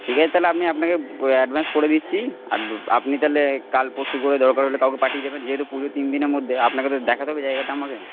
ঠিক আছে তাহলে আমি আপনাকে অ্যাডভান্স করে দিচ্ছি আর আপনি তাহলে কাল পরশু করে দরকার হলে কাউকে পাঠিয়ে দেবেন যেহেতু পুজো তিন দিনের মধ্যে আপনাকে তো দেখাতে হবে জায়গাটা আমাকে